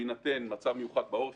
בהינתן מצב מיוחד בעורף,